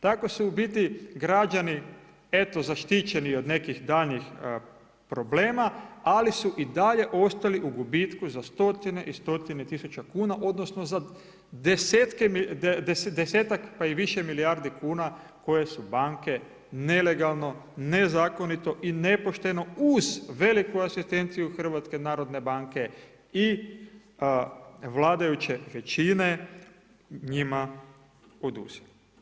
Tako su u biti građani eto, zaštićeni od nekih daljnjih problema, ali su i dalje ostali u gubitku za stotine i stotine tisuće kuna, odnosno za 10-ak pa i više milijardi kuna koje su banke nelegalno, nezakonito i nepošteno uz veliku asistenciju HNB-a i vladajuće većine njima oduzeli.